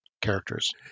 characters